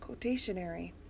quotationary